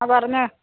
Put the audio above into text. ആ പറഞ്ഞോ